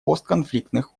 постконфликтных